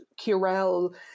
Curel